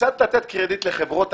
העניין ברור.